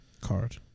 card